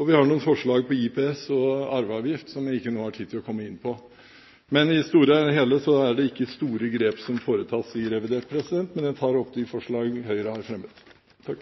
og vi har noen forslag på IPS og arveavgift, som jeg ikke nå har tid til å komme inn på. I det store og hele er det ikke store grep som foretas i revidert, men jeg tar opp de forslag Høyre har